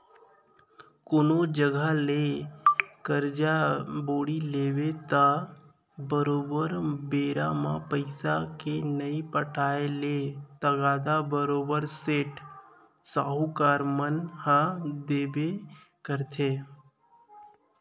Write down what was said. कोनो जघा ले करजा बोड़ी लेबे त बरोबर बेरा म पइसा के नइ पटाय ले तगादा बरोबर सेठ, साहूकार मन ह देबे करथे